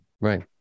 Right